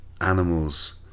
animals